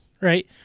right